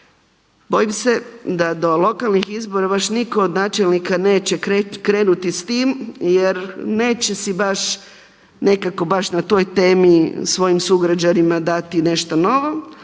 bojim se da do lokalnih izbora baš nitko od načelnika neće krenuti s tim jer neće si baš nekako baš na toj temi svojim sugrađanima dati nešto novo